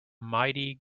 mighty